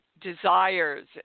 desires